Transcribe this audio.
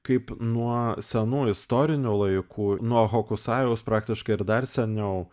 kaip nuo senų istorinių laikų nuo hokusajaus praktiškai ir dar seniau